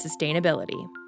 sustainability